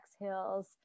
exhales